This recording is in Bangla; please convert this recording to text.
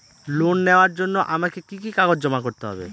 লোন নেওয়ার জন্য আমাকে কি কি কাগজ জমা করতে হবে?